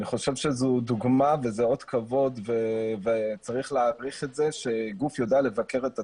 זו דוגמה וזה אות כבוד וצריך להעריך את זה שגוף יודע לבקר את עצמו.